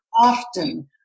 often